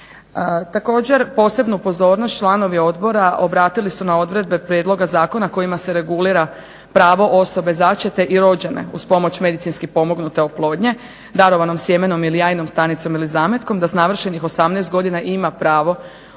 Također, posebnu pozornost članovi odbora obratiti su na odredbe prijedloga zakona kojima se regulira pravo osobe začete i rođene uz pomoć medicinski pomognute oplodnje, darovanom sjemenom ili jajnom stanicom ili zametkom da s navršenih 18 godina ima pravo